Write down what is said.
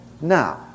Now